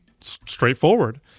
straightforward